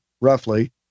roughly